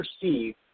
perceive